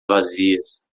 vazias